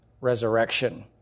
Resurrection